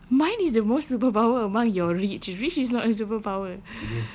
dude mine is the most superpower among your rich rich is not a superpower